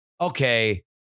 okay